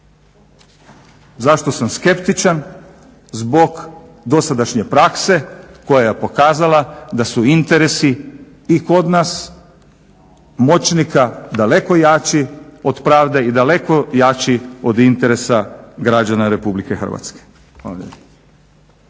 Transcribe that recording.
Zašto sam skeptičan? Zbog dosadašnje prakse koja je pokazala da su interesi i kod nas moćnika daleko jači od pravde i daleko jači od interesa građana Republike Hrvatske.